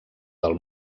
del